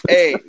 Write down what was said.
Hey